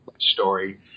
story